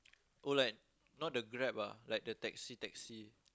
oh like no the grab ah like the taxi taxi